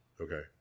Okay